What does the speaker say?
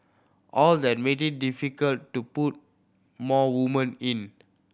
all that made it difficult to put more women in